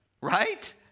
right